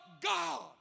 God